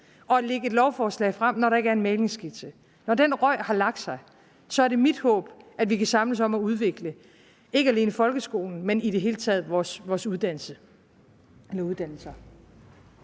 at lægge et lovforslag frem, når der ikke er en mælingsskitse, er det mit håb, at vi kan samles om at udvikle ikke alene folkeskolen, men i det hele taget vores uddannelser.